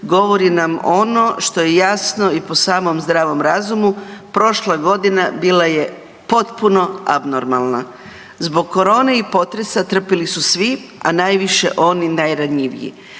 govori nam ono što je jasno i po samom zdravom razumu prošla godina bila je potpuno abnormalna. Zbog korone i potresa trpili su svi, a najviše oni najranjiviji.